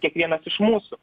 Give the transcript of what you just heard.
kiekvienas iš mūsų